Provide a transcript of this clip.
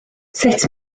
sut